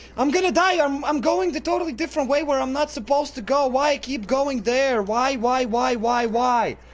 i'm gonna die ah i'm i'm going to totally different way where i'm not supposed to go why i keep going there why why why why why?